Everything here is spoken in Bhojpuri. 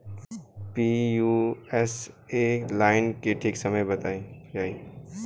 पी.यू.एस.ए नाइन के ठीक समय बताई जाई?